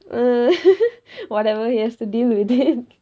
err whatever he has to deal with it